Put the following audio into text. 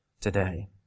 today